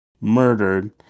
murdered